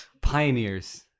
Pioneers